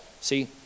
See